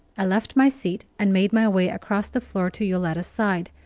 i left my seat and made my way across the floor to yoletta's side,